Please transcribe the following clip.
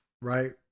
right